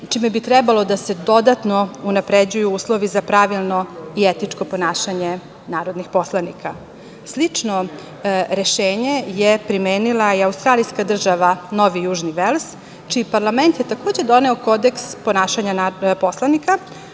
čime bi trebalo da se dodatno unapređuju uslovi za pravilno i etičko ponašanje narodnih poslanika. Slično rešenje je primenila i australijska država Novi Južni Vels, čiji parlament je takođe doneo Kodeks ponašanja narodnih